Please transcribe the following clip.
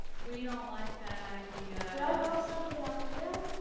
we don't like that idea. did i bump something up here,